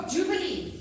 Jubilee